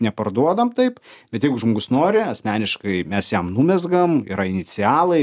neparduodam taip bet jeigu žmogus nori asmeniškai mes jam numezgam yra inicialai